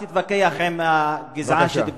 בגזענות.